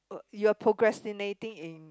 you're procrastinating in